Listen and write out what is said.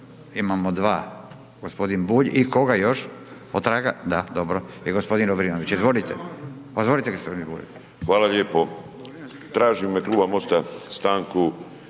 imamo dva, gospodin Bulj i koga još, otraga? Da, dobro i gospodin Lovrinović. Izvolite gospodin Bulj. **Bulj, Miro (MOST)** Hvala lijepo. Tražim u ime kluba MOST-a stanku